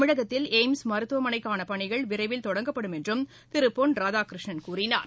தமிழகத்தில் ஏய்ம்ஸ் மருத்துவமனைக்கான பணிகள் விரைவில் தொடங்கப்படும் என்றும் திரு பொன் ராதாகிருஷ்ணன் கூறினார்